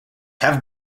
have